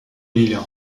lille